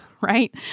right